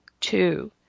two